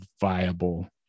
viable